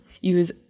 Use